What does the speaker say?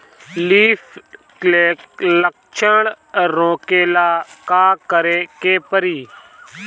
Leaf curl लक्षण रोकेला का करे के परी?